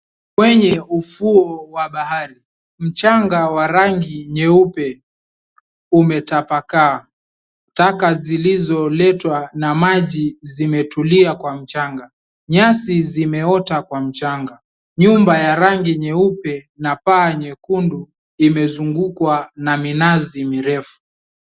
Kwenye ufuo wa bahari mchanga wa rangi nyeupe umetapakaa, taka zilizoletwa na maji zimetulia kwa mchanga nyasi zimeota kwa mchanga, nyumba ya rangi nyeupe na paa nyekundu imezungukwa na minazi mirefu.